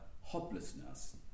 hopelessness